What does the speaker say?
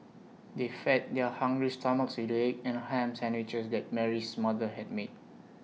they fed their hungry stomachs with the egg and Ham Sandwiches that Mary's mother had made